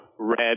red